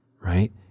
right